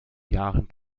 jahren